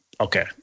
okay